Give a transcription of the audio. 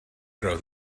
grow